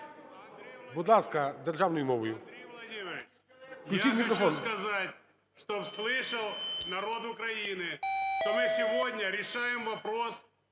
Будь ласка, державною мовою. Включіть мікрофон.